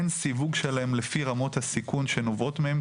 אין סיווג שלהם לפי רמות הסיכון שנובעות מהן,